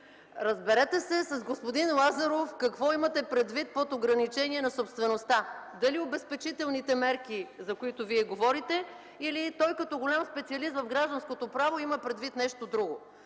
Разберете се с господин Лазаров какво имате предвид под ограничение на собствеността, дали обезпечителните мерки, за които Вие говорите, или и той като голям специалист в гражданското право има предвид нещо друго.